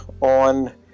on